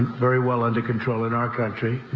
very well under control in our country.